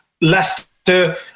Leicester